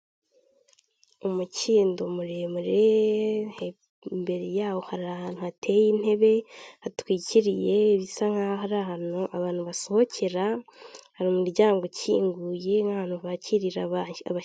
Umukindo muremure imbere yawo hari ahantu hateye intebe, hatwikiriye bisa nk’aho ari ahantu abantu basohokera, hari umuryango ukinguye n’ahantu bakirira.